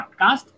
podcast